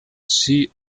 sea